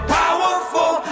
powerful